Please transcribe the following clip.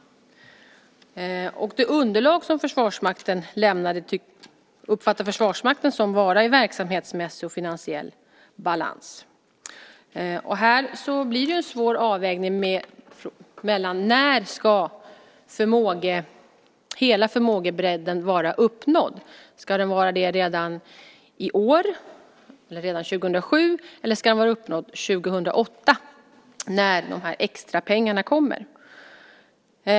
Det underlag som Försvarsmakten lämnade uppfattade Försvarsmakten vara i verksamhetsmässig och finansiell balans. Det blir en svår avvägning av när hela förmågebredden ska vara uppnådd. Ska den vara det redan i år, 2007 eller 2008 när extrapengarna kommer?